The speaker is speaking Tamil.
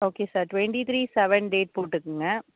okay sir twenty three seven date போட்டுக்கங்க